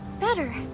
better